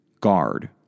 guard